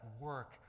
work